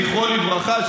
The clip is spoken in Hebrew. זכרו לברכה,